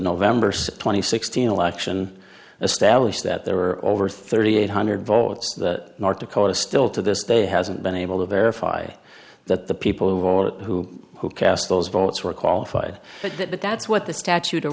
november soprani sixteen election a stablish that there are over thirty eight hundred votes that north dakota still to this day hasn't been able to verify that the people of all who who cast those votes were qualified but that's what the statute o